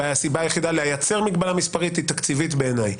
הסיבה היחידה לייצר מגבלה מספרית היא תקציבית בעיניי.